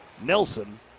nelson